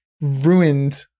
ruined